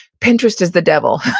pinterest is the devil